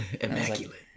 Immaculate